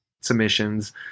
submissions